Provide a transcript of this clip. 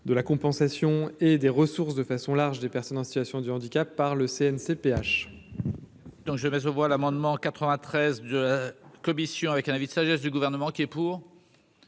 de la compensation et des ressources de façon large des personnes en situation de handicap par le CNCPH.